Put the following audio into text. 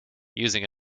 using